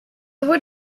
would